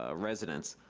ah residents,